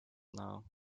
now